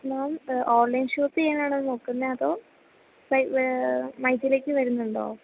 മാം online shop ചെയ്യാനാണോ നോക്കുന്നത് അതോ മൈ ജിയിലേക്ക് വരുന്നുണ്ടോ